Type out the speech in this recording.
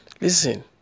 Listen